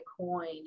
coin